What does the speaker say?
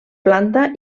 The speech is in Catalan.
planta